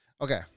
Okay